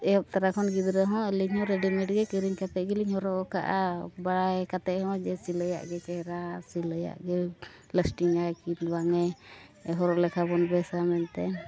ᱮᱦᱚᱯ ᱛᱚᱨᱟ ᱠᱷᱚᱱ ᱜᱤᱫᱽᱨᱟᱹ ᱦᱚᱸ ᱟᱹᱞᱤᱧ ᱦᱚᱸ ᱨᱮᱰᱤᱢᱮᱴ ᱜᱮ ᱠᱤᱨᱤᱧ ᱠᱟᱛᱮᱫ ᱜᱮᱞᱤᱧ ᱦᱚᱨᱚᱜ ᱟᱠᱟᱫᱼᱟ ᱵᱟᱲᱟᱭ ᱠᱟᱛᱮᱫ ᱦᱚᱸ ᱡᱮ ᱥᱤᱞᱟᱹᱭᱟᱜ ᱜᱮ ᱪᱮᱦᱨᱟᱦᱟ ᱥᱤᱞᱟᱹᱭᱟᱜ ᱜᱮ ᱞᱟᱥᱴᱤᱝ ᱟᱭ ᱵᱟᱝᱞᱮ ᱦᱚᱲ ᱞᱮᱠᱷᱟ ᱵᱚᱱ ᱵᱮᱥᱼᱟ ᱢᱮᱱᱛᱮ